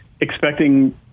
expecting